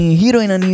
heroine